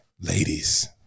Ladies